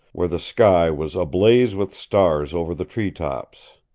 where the sky was ablaze with stars over the tree-tops.